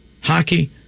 hockey